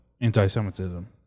Anti-Semitism